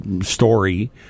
story